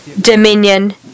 dominion